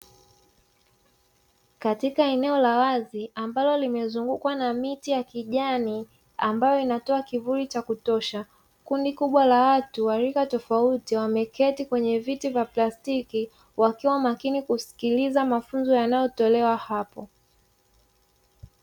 Katika eneo la wazi ambalo limezungukwa na miti ya kijani ambayo inatoa kivuli cha kutosha. Kundi kubwa la watu wa rika tofauti wameketi kwenye viti vya plastiki, wakiwa makini kusikiliza mafunzo yanayotolewa hapo.